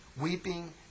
weeping